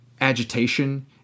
agitation